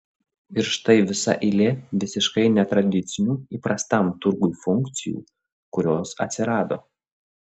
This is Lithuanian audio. ir štai visa eilė visiškai netradicinių įprastam turgui funkcijų kurios atsirado